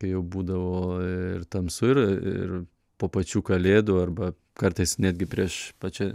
kai jau būdavo ir tamsu ir ir po pačių kalėdų arba kartais netgi prieš pačia